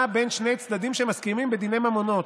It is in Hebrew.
בין שני צדדים שמסכימים בדיני ממונות.